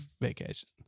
Vacation